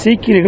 சீக்கிபர்கள்